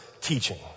teaching